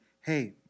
Hey